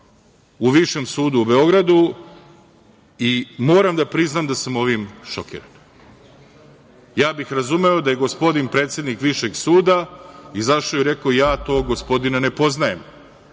u Višem sudu u Beogradu, i moram da priznam da sam ovim šokiran. Ja bih razumeo da je gospodin predsednik Višeg suda izašao i rekao - ja tog gospodina ne poznajem,